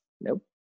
nope